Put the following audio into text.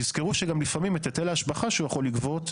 תזכרו שגם לפעמים את היטל ההשבחה שהוא יכול לגבות,